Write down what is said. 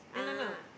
ah